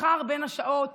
מחר בשעות